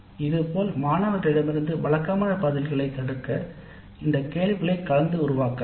இது போல மாணவர்களிடமிருந்து வழக்கமான பதில்களைத் தடுக்க இந்த கேள்விகளை கலந்து உருவாக்குங்கள்